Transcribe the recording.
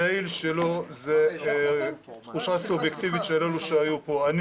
היעיל שלו היא תחושה סובייקטיבית של אלה שהיו פה.